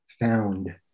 found